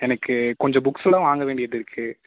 எனக்கு கொஞ்சம் புக்ஸ்யெலாம் வாங்க வேண்டியது இருக்குது